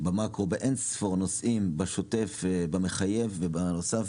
במאקרו באין ספור נושאים, בשוטף, במחייב ובנוסף.